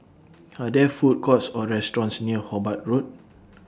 Are There Food Courts Or restaurants near Hobart Road